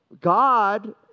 God